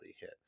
hit